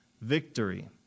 victory